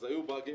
אז היו באגים,